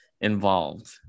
involved